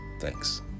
Thanks